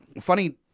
funny